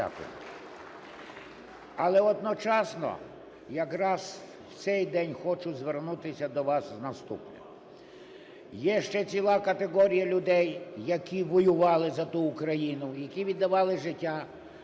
Але одночасно якраз в цей день хочу звернутися до вас з наступним. Є ще ціла категорія людей, які воювали за ту Україну, які віддавали життя